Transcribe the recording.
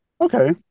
Okay